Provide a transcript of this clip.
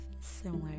similar